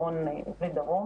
צפון ודרום,